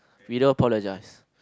we don't apologise